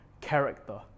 character